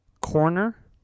Corner